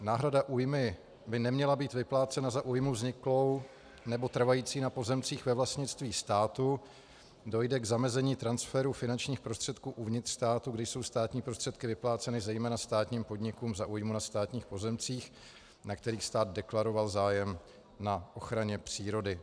Náhrada újmy by neměla být vyplácena za újmu vzniklou nebo trvající na pozemcích ve vlastnictví státu a dojde k zamezení transferu finančních prostředků uvnitř státu, kdy jsou státní prostředky vypláceny zejména státním podnikům za újmu na státních pozemcích, na kterých stát deklaroval zájem na ochraně přírody.